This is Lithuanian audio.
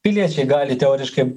piliečiai gali teoriškai